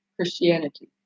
Christianity